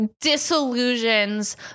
disillusions